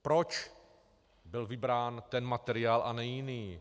Proč byl vybrán ten materiál a ne jiný?